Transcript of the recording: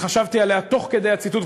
שחשבתי עליה תוך כדי הציטוט,